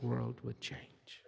world would change